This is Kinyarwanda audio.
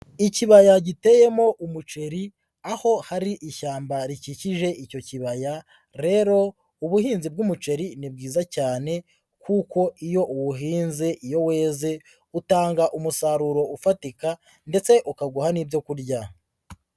Ikibaya giteyemo umuceri, aho hari ishyamba rikikije icyo kibaya, rero ubuhinzi bw'umuceri ni bwiza cyane kuko iyo uwuhinze iyo weze, utanga umusaruro ufatika ndetse ukaguha n'ibyo kurya.